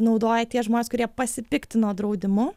naudoja tie žmonės kurie pasipiktino draudimu